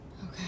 Okay